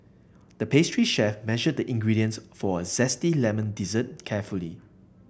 the pastry chef measured the ingredients for a zesty lemon dessert carefully